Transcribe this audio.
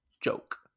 joke